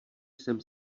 jsem